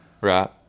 right